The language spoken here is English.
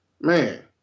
man